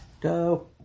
go